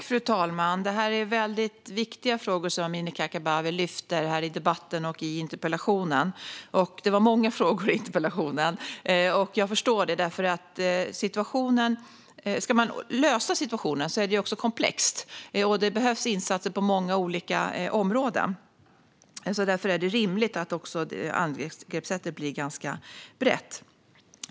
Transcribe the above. Fru talman! Det är viktiga frågor som Amineh Kakabaveh lyfter upp i interpellationen och debatten. Det var många frågor i interpellationen, och jag förstår det. Det är komplext att lösa denna situation, och det behövs insatser på många olika områden. Därför är det rimligt att angreppssättet blir ganska brett.